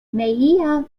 maia